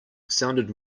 sounded